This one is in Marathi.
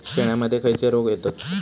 शेळ्यामध्ये खैचे रोग येतत?